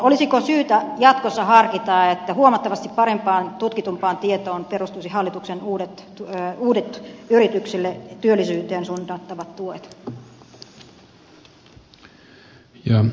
olisiko syytä jatkossa harkita että huomattavasti parempaan tutkitumpaan tietoon perustuisivat hallituksen uudet yrityksille työllisyyteen suunnattavat tuet